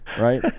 Right